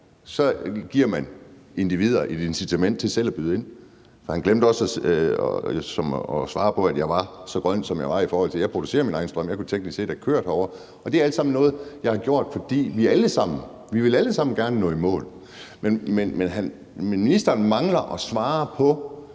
giver man individer et incitament til selv at byde ind? Han glemte også at svare på det med, at jeg var så grøn, som jeg er, i forhold til at jeg producerer min egen strøm, og at jeg teknisk set kunne have kørt herover på strøm. Det er alt sammen noget, jeg har gjort, fordi vi alle sammen gerne vil nå i mål. Men ministeren mangler at svare på,